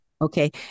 Okay